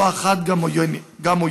לא אחת גם עוינת.